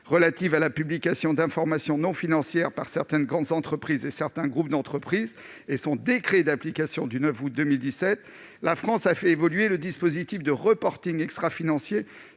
relative à la publication d'informations non financières par certaines grandes entreprises et certains groupes d'entreprises et son décret d'application du 9 août 2017, la France a fait évoluer, sous la forme d'indicateurs